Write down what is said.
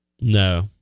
No